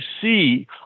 see